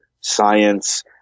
science